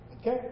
Okay